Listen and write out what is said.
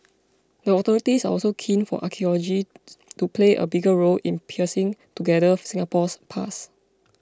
the authorities are also keen for archaeology to play a bigger role in piecing together Singapore's past